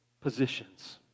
positions